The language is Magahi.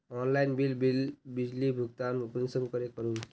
ऑनलाइन बिजली बिल भुगतान कुंसम करे करूम?